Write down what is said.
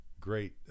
great